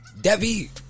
Debbie